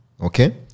Okay